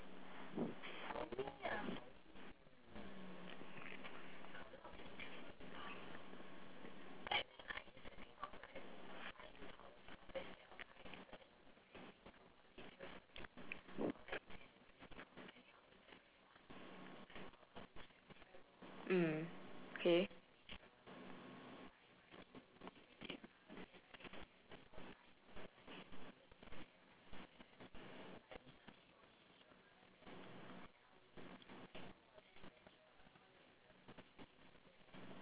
mm okay